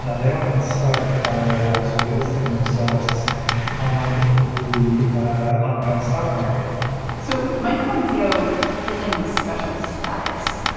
ah they often start by ah so listing themselves on the hong kong stock market so mike pompeo pulling this special status.